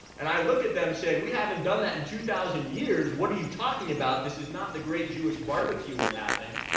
and i look at them and say, we haven't done that in two thousand years. what are you talking about? this is not the great jewish barbecue we're having.